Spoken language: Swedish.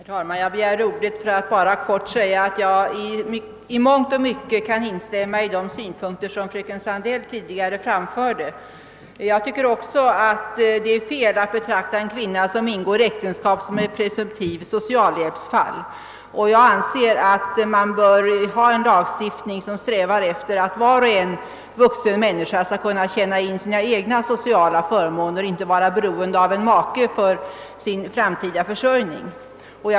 Herr talman! Jag begärde ordet för att helt kort säga att jag i mångt och mycket kan instämma i de synpunkter som fröken Sandell tidigare framfört. Jag tycker också att det är fel att betrakta en kvinna som ingår äktenskap som ett presumtivt socialhjälpsfall. Jag anser att man bör ha en lagstiftning som strävar efter att varje vuxen människa skall kunna tjäna in sina egna sociala förmåner och inte vara beroende av en make för sin framtida försörjning.